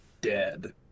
dead